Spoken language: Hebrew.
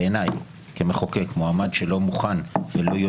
בעיניי, כמחוקק ולא יודע